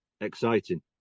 exciting